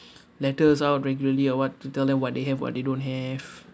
letters out regularly or what to tell them what they have what they don't have